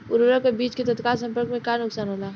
उर्वरक अ बीज के तत्काल संपर्क से का नुकसान होला?